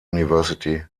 university